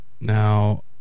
Now